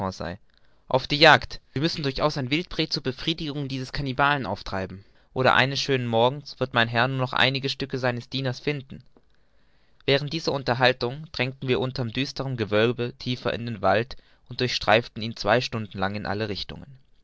auf die jagd wir müssen durchaus ein wildpret zur befriedigung dieses kannibalen austreiben oder eines schönen morgens wird mein herr nur noch einige stücke seines dieners finden während dieser unterhaltung drangen wir unter düsterm gewölbe tiefer in den wald und durchstreiften ihn zwei stunden lang in allen richtungen